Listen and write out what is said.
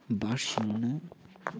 Barcelona